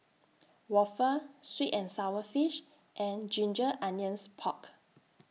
Waffle Sweet and Sour Fish and Ginger Onions Pork